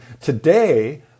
Today